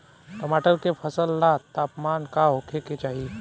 टमाटर के फसल ला तापमान का होखे के चाही?